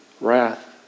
wrath